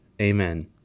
Amen